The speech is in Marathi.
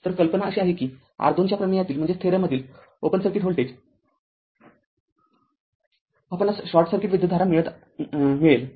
तर कल्पना अशी आहे कि R२ च्या प्रमेयातील ओपन सर्किट व्होल्टेज आपणास शॉर्ट सर्किट विद्युतधारा मिळेल